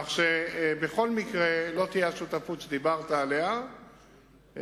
כך שבכל מקרה לא תהיה השותפות שדיברת עליה ביניהן,